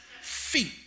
feet